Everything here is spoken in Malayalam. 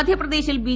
മധ്യപ്രേദശിൽ ബി